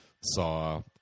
saw